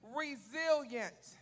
resilient